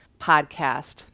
podcast